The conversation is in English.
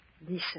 Listen